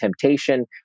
temptation